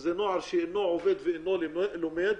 שזה נוער שאינו עובד ואינו לומד,